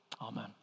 Amen